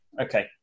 Okay